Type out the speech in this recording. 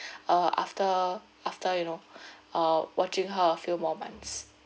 uh after after you know uh watching her a few more months